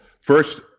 first